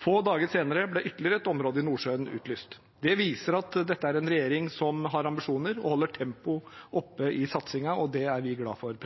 Få dager senere ble ytterligere et område i Nordsjøen utlyst. Det viser at dette er en regjering som har ambisjoner og holder tempoet oppe i satsingen, og det er vi glade for